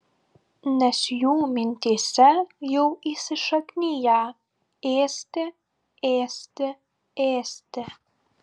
nes jų mintyse jau įsišakniję ėsti ėsti ėsti